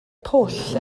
pwll